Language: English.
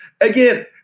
Again